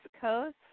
Coast